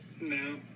No